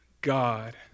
God